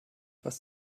was